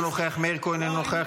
אינו נוכח,